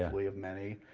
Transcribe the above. hopefully of many.